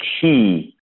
key